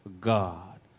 God